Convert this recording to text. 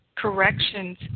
Corrections